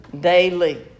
Daily